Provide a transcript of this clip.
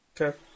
Okay